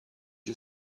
you